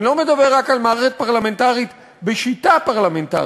אני לא מדבר רק על מערכת פרלמנטרית בשיטה פרלמנטרית,